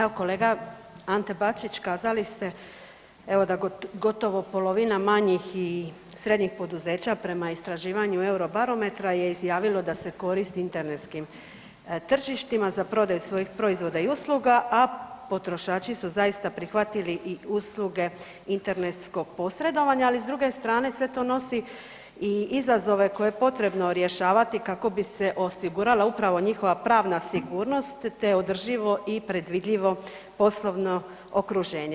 Evo kolega Ante Bačić kazali ste evo da gotovo polovina manjih i srednjih poduzeća prema istraživanju Eurobarometra je izjavilo da se koristi internetskim tržištima za prodaju svojih proizvoda i usluga, a potrošači su zaista prihvatili i usluge internetskog posredovanja, ali s druge strane sve to nosi i izazove koje je potrebno rješavati kako bi se osigurala upravo njihova pravna sigurnost, te održivo i predvidljivo poslovno okruženje.